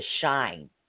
shine